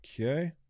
Okay